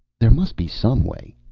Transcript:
there must be some way.